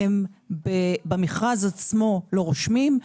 במכרז עצמו לא רושמים,